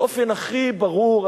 באופן הכי ברור,